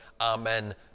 amen